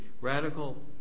radical